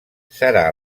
serà